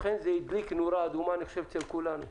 לכן זה הדליק נורה אדומה אצל כולנו.